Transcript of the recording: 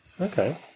Okay